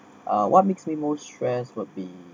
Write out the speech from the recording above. uh what makes me most stress would be